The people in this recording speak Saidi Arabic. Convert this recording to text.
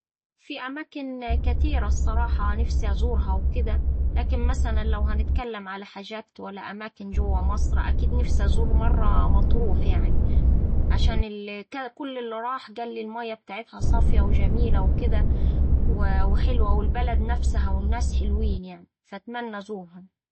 فيه أماكن كتيرة الصراحة نفسي أزورها وكدا لكن مثلا لو هنتكلم على حاجات ولا أماكن جوا مصر أكيد نفسى أزور مرة مطروح يعني. عشان كا كل اللي راح قالي الميا بتاعتها صافية وجميلة وكدا وحلوة والبلد نفسها والناس حلوين يعني، فأتمنا أزورها.